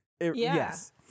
yes